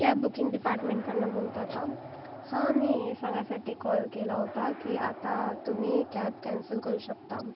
cab booking डिपार्टमेंटकडनं बोलता का हा मी हे सांगायसाठी कॉल केला होता की आता तुम्ही कॅब कॅन्सल करू शकता